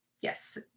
Yes